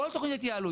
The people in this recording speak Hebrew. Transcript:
כל תכנית ההתייעלות,